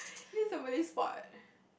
this is a Malay sport